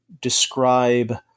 describe